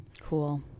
cool